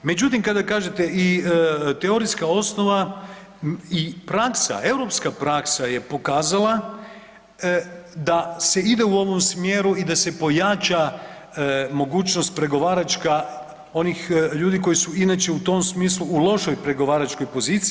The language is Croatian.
Međutim, kada kažete i teorijska osnova i praksa, europska praksa je pokazala da se ide u ovom smjeru i da se pojača mogućnost pregovaračka onih ljudi koji su inače u tom smislu u lošoj pregovaračkoj poziciji.